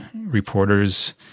reporters